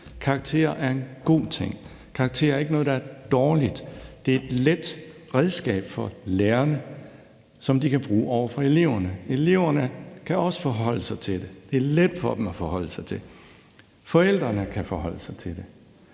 Karakterer er en god ting. Karakterer er ikke noget, der er dårligt. Det er et let redskab for lærerne, som de kan bruge over for eleverne. Eleverne kan også forholde sig til det; det er let for dem at forholde sig til. Og forældrene kan forholde sig til det.